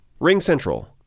RingCentral